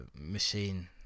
machine